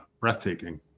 breathtaking